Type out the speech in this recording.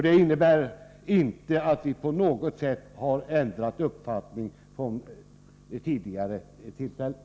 Det innebär inte att vi på något sätt har ändrat uppfattning från tidigare tillfällen.